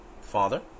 father